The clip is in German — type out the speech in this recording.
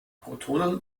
protonen